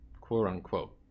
quote-unquote